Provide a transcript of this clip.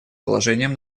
положением